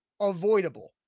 avoidable